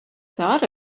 thought